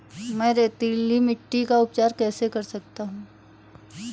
मैं रेतीली मिट्टी का उपचार कैसे कर सकता हूँ?